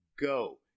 go